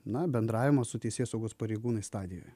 na bendravimo su teisėsaugos pareigūnais stadijoje